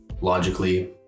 logically